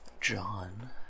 John